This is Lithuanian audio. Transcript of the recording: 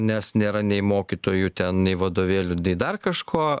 nes nėra nei mokytojų ten nei vadovėlių bei dar kažko